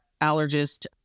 allergist